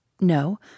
No